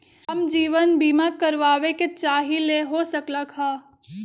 हम जीवन बीमा कारवाबे के चाहईले, हो सकलक ह?